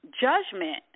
judgment